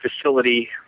facility